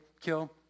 kill